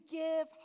give